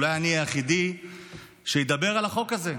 אולי אני היחידי שידבר על החוק הזה,